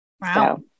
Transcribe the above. Wow